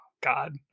God